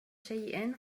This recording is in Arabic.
شيء